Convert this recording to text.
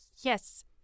yes